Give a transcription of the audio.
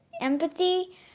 empathy